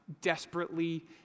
desperately